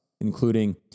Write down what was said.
including